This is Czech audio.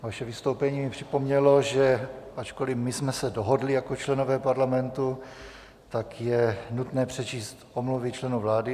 Vaše vystoupení mi připomnělo, že ačkoliv my jsme se dohodli jako členové parlamentu, tak je nutné přečíst omluvy členů vlády.